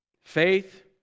Faith